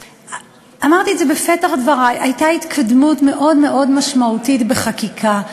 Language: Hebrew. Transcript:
ואמרתי את זה בפתח דברי: הייתה התקדמות מאוד מאוד משמעותית בחקיקה,